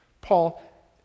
Paul